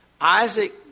Isaac